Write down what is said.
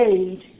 age